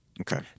Okay